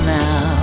now